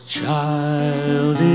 child